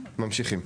ממשיכים.